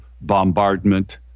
bombardment